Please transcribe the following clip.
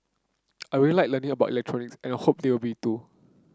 I really like learning about electronics and I hope they will too